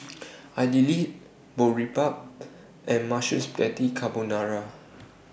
Idili Boribap and Mushroom Spaghetti Carbonara